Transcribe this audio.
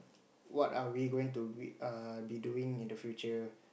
what are we going to be err be doing in the future